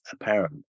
apparent